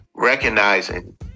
recognizing